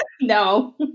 No